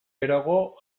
geroago